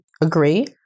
agree